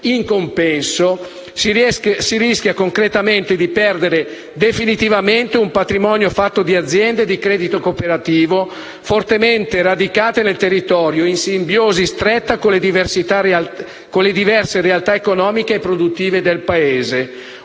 In compenso, si rischia concretamente di perdere definitivamente un patrimonio fatto di aziende di credito cooperativo fortemente radicate nel territorio, in simbiosi stretta con le diverse realtà economiche e produttive del Paese.